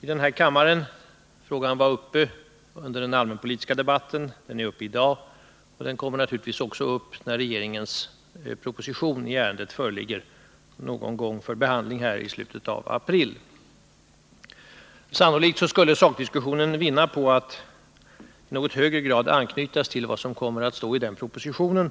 i denna kammare. Frågan var uppe till diskussion under den allmänpolitiska debatten, och den är föremål för behandling i dag. Den kommer naturligtvis också upp till debatt när regeringens proposition föreligger för behandling här i riksdagen någon gång i slutet av april. Sannolikt skulle sakdiskussionen vinna på att i något högre grad anknytas till vad som kommer att stå i den propositionen.